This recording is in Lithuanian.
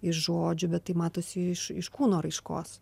iš žodžių bet tai matosi iš iš kūno raiškos